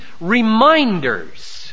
reminders